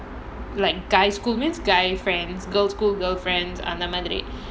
like guys schoolmates means guy friends girls school girl friends அந்த மாதிரி:andha maadhiri